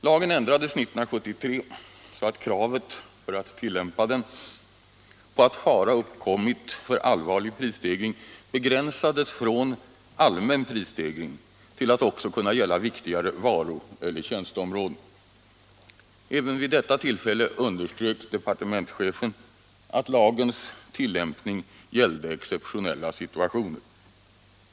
Lagen ändrades 1973 så att kravet för att tillämpa den genom att fara uppkommit för allvarlig prisstegring begränsades från allmän prisstegring till att också kunna gälla viktigare varor eller tjänsteområden. Även vid detta tillfälle underströk departementschefen att lagens tillämpning gällde exceptionella situationer.